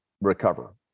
recover